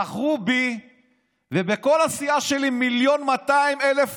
בחרו בי ובכל הסיעה שלי 1.2 מיליון אזרחים,